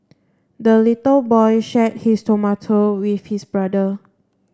the little boy shared his tomato with his brother